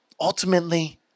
Ultimately